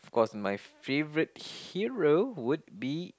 of cause my favourite hero would be